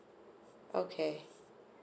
okay